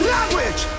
Language